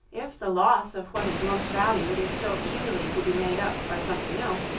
if the loss of what is most valued is so easily to be made up by something else,